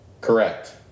correct